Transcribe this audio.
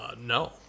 No